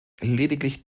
lediglich